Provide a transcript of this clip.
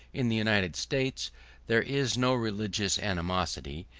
in the united states there is no religious animosity,